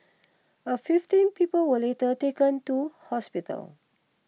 a fifteen people were later taken two hospitals